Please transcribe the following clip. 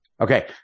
Okay